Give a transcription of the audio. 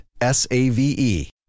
S-A-V-E